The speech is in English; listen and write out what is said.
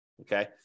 Okay